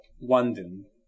London